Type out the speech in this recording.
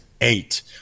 eight